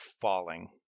falling